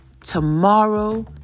Tomorrow